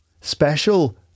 special